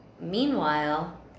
meanwhile